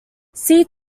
see